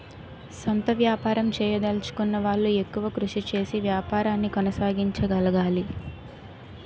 సొంత వ్యాపారం చేయదలచుకున్న వాళ్లు ఎక్కువ కృషి చేసి వ్యాపారాన్ని కొనసాగించగలగాలి